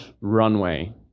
runway